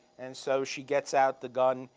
and so she gets out the gun